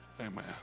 Amen